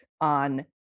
on